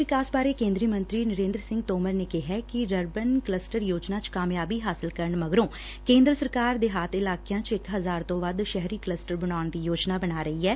ਦੇਹਾਤੀ ਵਿਕਾਸ ਬਾਰੇ ਕੇਂਦਰੀ ਮੰਤਰੀ ਨਰੇਂਦਰ ਸਿੰਘ ਤੋਮਰ ਨੇ ਕਿਹੈ ਕਿ ਰਰਬਨ ਕਲਸਟਰ ਯੋਜਨਾ ਚ ਕਾਮਯਾਬੀ ਹਾਸਲ ਕਰਨ ਮਗਰੋਂ ਕੇਂਦਰ ਸਰਕਾਰ ਦੇਹਾਤ ਇਲਾਕਿਆਂ ਚ ਇਕ ਹਜ਼ਾਰ ਤੋਂ ਵੱਧ ਸ਼ਹਿਰੀ ਕਲਸਟਰ ਬਣਾਉਣ ਦੀ ਯੋਜਨਾ ਬਣਾ ਰਹੀ ਐ